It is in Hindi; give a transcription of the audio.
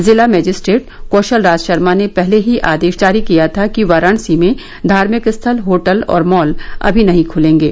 जिला मजिस्ट्रेट कौशल राज शर्मा ने पहले ही आदेश जारी किया था कि वाराणसी में धार्मिक स्थल होटल और मॉल अभी नहीं खुलेंगे